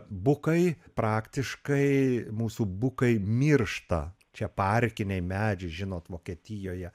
bukai praktiškai mūsų bukai miršta čia parkiniai medžiai žinot vokietijoje